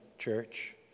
church